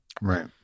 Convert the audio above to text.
Right